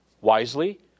wisely